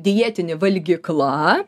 dietinį valgykla